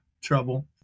trouble